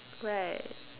right